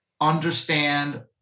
understand